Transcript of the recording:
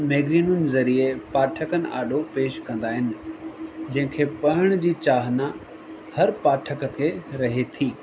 मैगज़ीनियुनि ज़रिए पाठकनि आडो पेश कंदा आहिनि जंहिंखे पढ़ण जी चाहना हर पाठक खे रहे थी